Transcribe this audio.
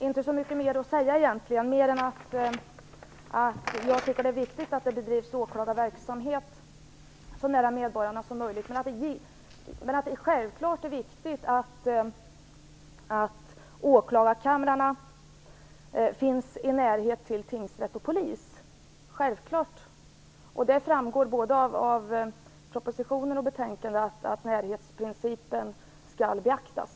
Herr talman! Egentligen har jag inte särskilt mycket mer att säga utöver att det är viktigt att åklagarverksamheten bedrivs så nära medborgarna som möjligt. Självklart är det också viktigt att åklagarkamrarna finns nära tingsrätt och polis. Det framgår både av propositionen och av betänkandet att närhetsprincipen skall beaktas.